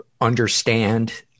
understand